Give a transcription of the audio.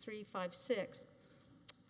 three five six